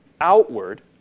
outward